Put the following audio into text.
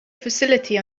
facility